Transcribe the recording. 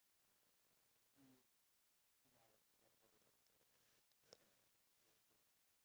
so if you know if you have a plan then you already know the outcome of it